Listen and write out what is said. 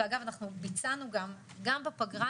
גם בפגרה,